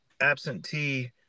absentee